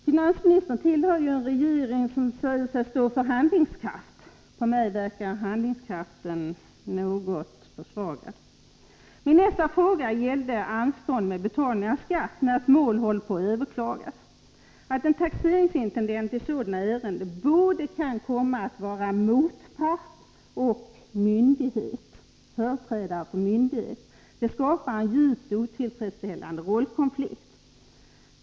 Finansministern tillhör en regering som säger sig stå för ordet ”handlingskraft”. På mig verkar handlingskraften något försvagad. Min nästa fråga gällde anstånd med betalning av skatt, när ett mål håller på att överklagas. Att en taxeringsintendent i sådana ärenden kan komma att vara både motpart och företrädare för myndighet skapar en djupt otillfredsställande rollkonflikt.